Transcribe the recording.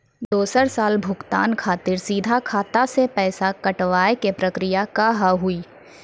दोसर साल भुगतान खातिर सीधा खाता से पैसा कटवाए के प्रक्रिया का हाव हई?